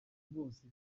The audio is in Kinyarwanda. bose